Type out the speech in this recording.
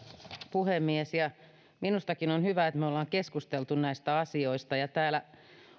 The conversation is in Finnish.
puhemies minustakin on hyvä että me olemme keskustelleet näistä asioista täällä